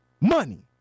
money